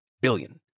billion